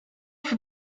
for